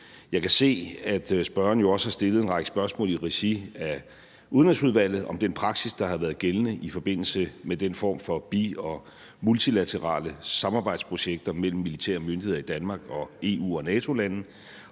Jeg kan se, at spørgeren jo også har stillet en række spørgsmål i regi af Udenrigsudvalget om den praksis, der har været gældende i forbindelse med den form for bi- og multilaterale samarbejdsprojekter mellem militær og myndigheder i Danmark og EU og NATO-lande,